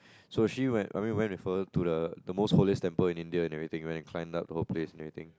so she went I mean I went with her to the the most holiest temple in India and everything and we climbed up the whole place and everything